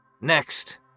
Next